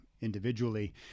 individually